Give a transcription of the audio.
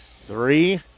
Three